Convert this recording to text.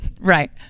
Right